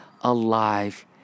alive